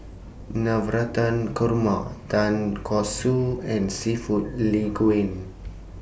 Navratan Koruma Tonkatsu and Seafood Linguine